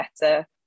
better